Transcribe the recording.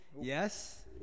Yes